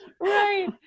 right